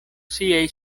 siaj